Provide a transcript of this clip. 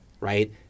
right